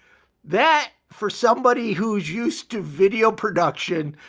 that for somebody who's used to video production,